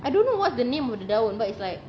I don't know what's the name of the daun but it's like